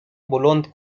بلوند